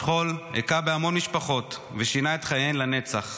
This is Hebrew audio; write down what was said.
השכול היכה בהמון משפחות ושינה את חייהן לנצח.